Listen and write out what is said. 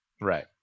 Right